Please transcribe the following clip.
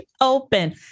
open